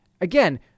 Again